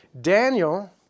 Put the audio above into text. Daniel